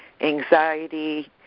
anxiety